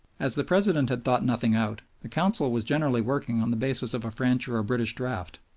as the president had thought nothing out, the council was generally working on the basis of a french or or british draft.